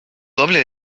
doble